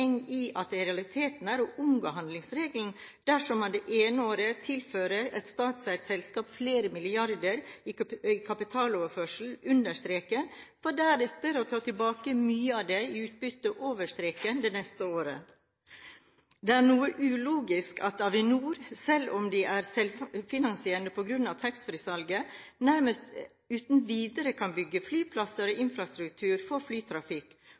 i at det i realiteten er å omgå handlingsregelen dersom man det ene året tilfører et statseid selskap flere milliarder i kapitaltilførsel under streken, for deretter å ta tilbake mye av det i utbytte over streken det neste året. Det er noe ulogisk at Avinor – selv om de er selvfinansierende på grunn av taxfree-salget – nærmest uten videre kan bygge flyplasser og infrastruktur for flytrafikk